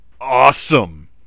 awesome